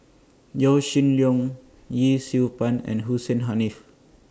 Yaw Shin Leong Yee Siew Pun and Hussein Haniff